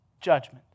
judgment